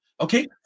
Okay